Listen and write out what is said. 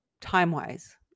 time-wise